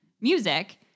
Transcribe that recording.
music